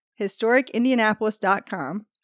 HistoricIndianapolis.com